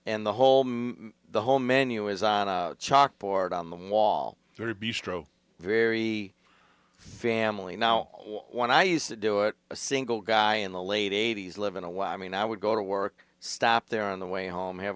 and the whole the whole menu is on a chalkboard on the wall very family now when i used to do it a single guy in the late eighty's live in a while i mean i would go to work stop there on the way home